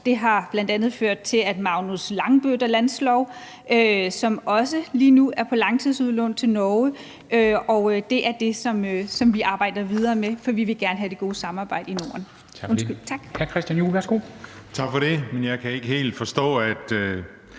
Det har bl.a. ført til, at Magnus Lagabøtes landslov lige nu også er på langtidsudlån til Norge, og det er det, som vi arbejder videre med, for vi vil gerne have det gode samarbejde i Norden. Tak. Kl. 13:43 Formanden